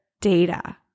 data